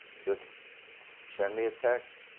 just send me a text.